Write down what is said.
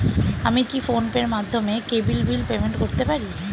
আমি কি ফোন পের মাধ্যমে কেবল বিল পেমেন্ট করতে পারি?